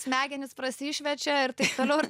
smegenys prasišviečia ir taip toliau ir